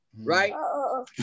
right